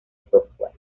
software